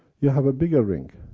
you have a bigger ring.